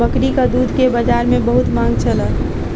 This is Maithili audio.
बकरीक दूध के बजार में बहुत मांग छल